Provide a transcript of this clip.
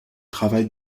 travail